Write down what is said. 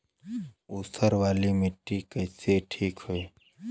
ऊसर वाली मिट्टी कईसे ठीक होई?